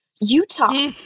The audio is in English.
Utah